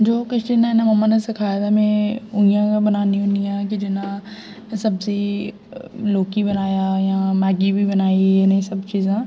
जो किश मेरी मम्मा ने सखाए दा में उ'यां गै बनानी होनी आं कि जि'यां सब्जी लौकी बनाया जां मैगी बनाई एह् सब चीजां